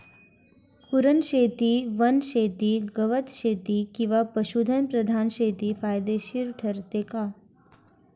कुरणशेती, वनशेती, गवतशेती किंवा पशुधन प्रधान शेती फायदेशीर ठरते का?